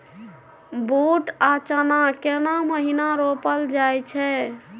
बूट आ चना केना महिना रोपल जाय छै?